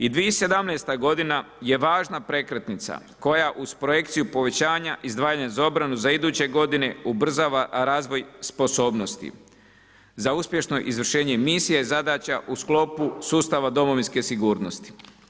I 2017. godina je važna prekretnica koja uz projekciju povećanja izdvajanja za obranu za iduće godine ubrzava razvoj sposobnosti za uspješno izvršenje misija, zadaća u sklopu sustava domovinske sigurnosti.